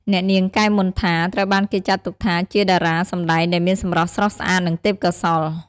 អ្នកនាង កែវ មន្ថា ត្រូវបានគេចាត់ទុកថាជាតារាសម្តែងដែលមានសម្រស់ស្រស់ស្អាតនិងទេពកោសល្យ។